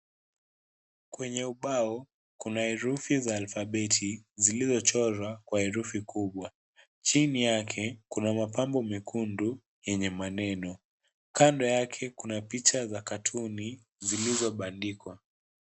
Kwenye ubao kuna herufi za alfabeti zilizochorwa kwa herufi kubwa chini yake kuna mapambo mekundu yenye maneno kando yake kuna picha ya katuni zilizobandikwa.